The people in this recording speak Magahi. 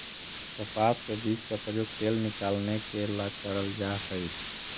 कपास के बीज का प्रयोग तेल निकालने के ला करल जा हई